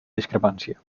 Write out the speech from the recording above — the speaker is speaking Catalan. discrepància